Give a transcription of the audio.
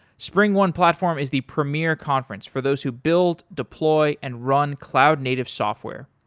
springone platform is the premier conference for those who build, deploy and run cloud native software.